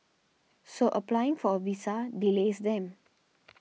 so applying for a visa delays them